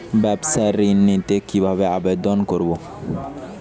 ব্যাবসা ঋণ নিতে কিভাবে আবেদন করব?